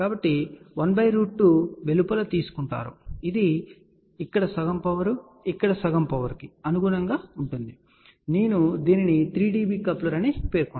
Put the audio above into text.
కాబట్టి12 వెలుపల తీసుకుంటారు ఇది ఇక్కడ సగం పవర్ ఇక్కడ సగం పవర్ కి అనుగుణంగా ఉంటుంది గుర్తుచేసుకోండి నేను దీనిని 3 dB కప్లర్ అని పేర్కొన్నాను